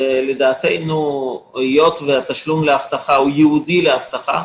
לדעתנו, היות והתשלום לאבטחה הוא ייעודי לאבטחה,